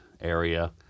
area